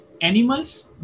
animals